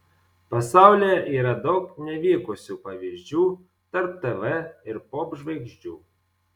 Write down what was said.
pasaulyje yra daug nevykusių pavyzdžių tarp tv ir popžvaigždžių